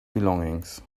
belongings